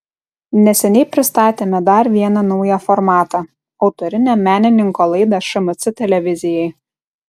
neseniai pristatėme dar vieną naują formatą autorinę menininko laidą šmc televizijai